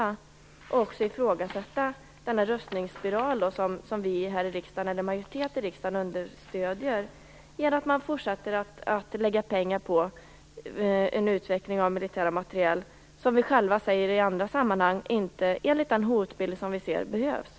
Vi kommer också att ifrågasätta den rustningsspiral som majoriteten här i riksdagen understöder, genom att fortsätta att lägga pengar på en utveckling av militära materiel som vi själva i andra sammanhang säger inte behövs, enligt den hotbild som vi ser.